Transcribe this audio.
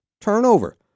turnover